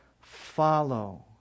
follow